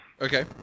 Okay